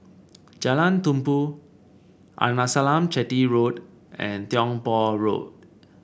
Jalan Tumpu Arnasalam Chetty Road and Tiong Poh Road